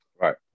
Right